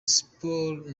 sports